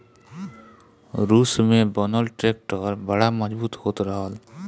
रूस में बनल ट्रैक्टर बड़ा मजबूत होत रहल